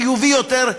חיובי יותר,